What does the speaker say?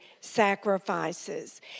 sacrifices